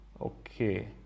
Okay